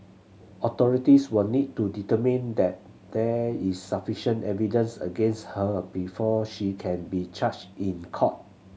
authorities will need to determine that there is sufficient evidence against her before she can be charged in court